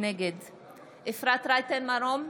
נגד אפרת רייטן מרום,